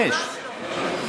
ממש לא.